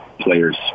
players